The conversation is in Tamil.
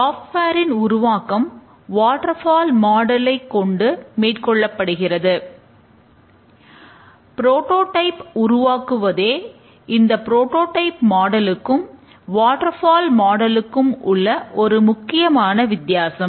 சாப்ட்வேரின் உள்ள ஒரு முக்கியமான வித்தியாசம்